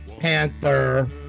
Panther